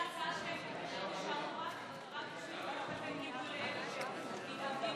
ההצעה להעביר לוועדה את הצעת חוק-יסוד: השפיטה (תיקון,